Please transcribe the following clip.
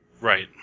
Right